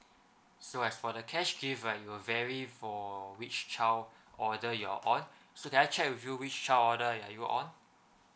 so as for the cash gift right it will vary for which child order you're on so can I check with you which child order are you on